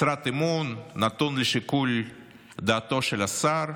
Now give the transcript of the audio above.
משרת אמון נתונה לשיקול דעתו של השר,